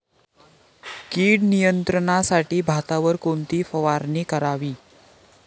कीड नियंत्रणासाठी भातावर कोणती फवारणी करावी?